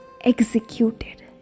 executed